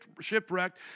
shipwrecked